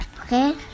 Okay